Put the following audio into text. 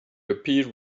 appeared